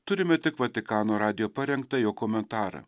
turime tik vatikano radijo parengtą jo komentarą